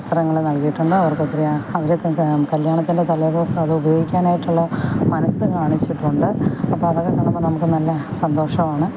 വസ്ത്രങ്ങൾ നല്കിയിട്ടുണ്ട് അവര്ക്ക് ഒത്തിരി അവർക്ക് കല്യാണത്തിന്റെ തലേദിവസം അത് ഉപയോഗിക്കാനായിട്ടുള്ള മനസ് കാണിച്ചിട്ടുണ്ട് അപ്പോൾ അതൊക്കെ കാണുമ്പം നമ്മൾക്ക് നല്ല സന്തോഷമാണ്